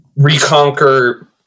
Reconquer